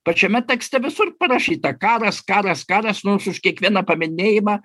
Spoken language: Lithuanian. pačiame tekste visur parašyta karas karas karas nors už kiekvieną paminėjimą